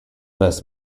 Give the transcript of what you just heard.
this